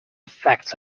effects